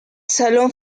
salón